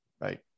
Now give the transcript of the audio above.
right